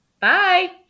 bye